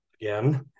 again